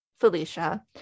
Felicia